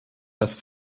dass